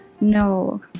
no